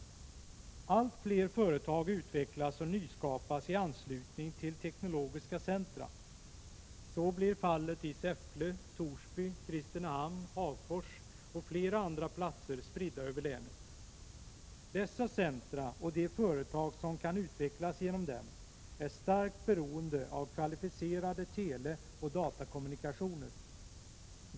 Allt fler företag utvecklas och nyskapas i anslutning till teknologiska centra. Så blir fallet i Säffle, Torsby, Kristinehamn, Hagfors och flera andra platser spridda över länet. Dessa centra och de företag som kan utvecklas genom dem är starkt beroende av kvalificerade teleoch datakommunikationer.